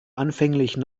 anfänglichen